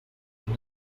will